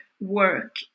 work